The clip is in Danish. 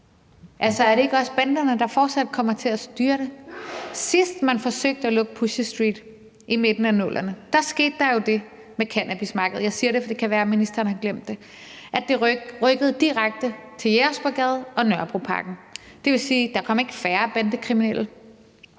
Altså, er det ikke også banderne, der fortsat kommer til at styre det? Sidst man forsøgte at lukke Pusher Street, i midten af 00'erne, skete der jo det med cannabismarkedet – og jeg siger det, fordi det kan være, ministeren har glemt det – at det rykkede direkte til Jægersborggade og Nørrebroparken. Det vil sige, at der ikke kom færre bandekriminelle;